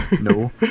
No